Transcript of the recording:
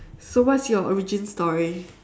so what's your origin story